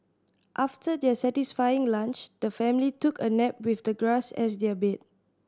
after their satisfying lunch the family took a nap with the grass as their bed